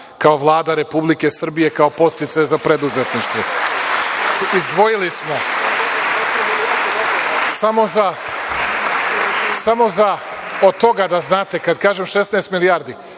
kao Vlada Republike Srbije kao podsticaj za preduzetništvo. Izdvojili smo samo za, od toga, da znate, kada kažem 16 milijardi,